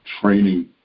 training